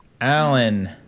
Alan